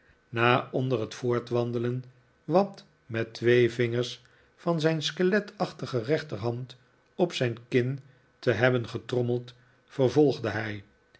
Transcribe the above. na onder het voortwandelen wat met twee vingers van zijn skeletachtige rechterhand op zijn kin te hebben getrommeld vervolgde hij